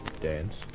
Dance